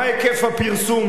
מה היקף הפרסום,